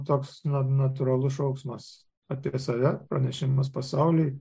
toks natūralus šauksmas apie save pranešimas pasauliui